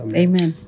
amen